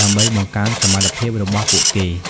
ដើម្បីបង្កើនសមត្ថភាពរបស់ពួកគេ។